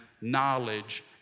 knowledge